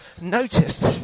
noticed